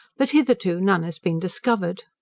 but hitherto none has been discovered.